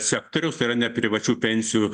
sektoriaus tai yra ne privačių pensijų